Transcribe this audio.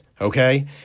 okay